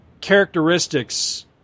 characteristics